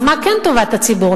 אז מה כן טובת הציבור?